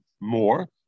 more